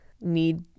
need